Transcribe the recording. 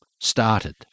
started